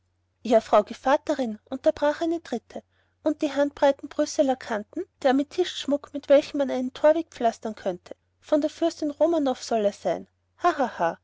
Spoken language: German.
ja frau gevatterin unterbrach eine dritte und die handbreiten brüsseler kanten der amethystschmuck mit welchem man meinen torweg pflastern könnte von der fürstin romanow soll er sein